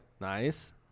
Nice